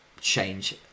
change